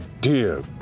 dear